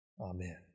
amen